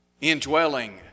indwelling